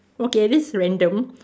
okay this is random